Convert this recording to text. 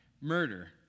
murder